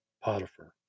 Potiphar